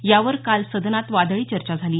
यावर काल सदनात वादळी चर्चा झाली